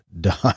done